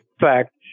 fact